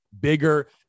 bigger